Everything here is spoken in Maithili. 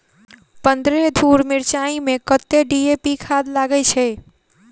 पन्द्रह धूर मिर्चाई मे कत्ते डी.ए.पी खाद लगय छै?